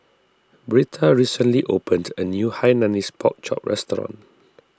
Britta recently opened a new Hainanese Pork Chop restaurant